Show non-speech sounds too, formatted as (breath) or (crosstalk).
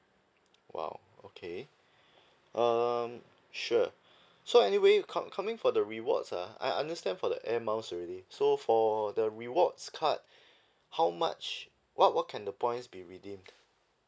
!wow! okay (breath) um sure so anyway co~ coming for the rewards uh I understand for the air miles already so for the rewards card how much what what can the points be redeem